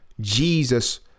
Jesus